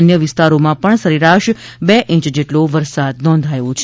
અન્ય વિસ્તારોમાં પણ સરેરાશ બે ઇંચ જેટલો વરસાદ નોંધાયો છે